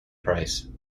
price